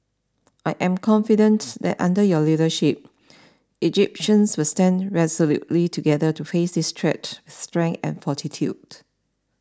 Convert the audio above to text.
I am confident that under your leadership Egyptians will stand resolutely together to face this threat strength and fortitude